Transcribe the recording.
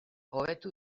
hobetu